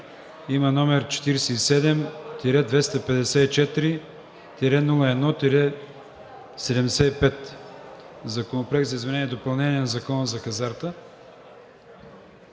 има № 47-254-01-75 – Законопроект за изменение и допълнение на Закона за хазарта.